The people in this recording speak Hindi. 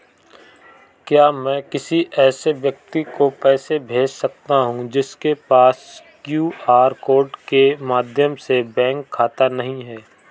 क्या मैं किसी ऐसे व्यक्ति को पैसे भेज सकता हूँ जिसके पास क्यू.आर कोड के माध्यम से बैंक खाता नहीं है?